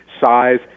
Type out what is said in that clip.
size